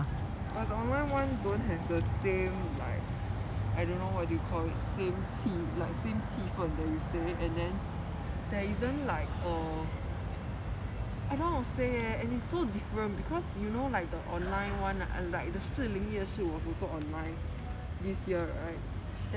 but online one don't have the same like I don't know what do you call it same 气 like same 气氛 that you say and then there isn't like err I don't know how to say eh and it's so different because you know like the online one like the 士林夜市 was also online this year right